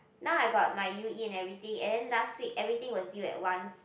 now I got my u_e and everything and then last week everything was deal at once